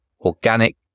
organic